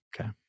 Okay